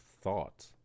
thought